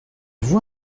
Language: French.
vous